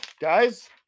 guys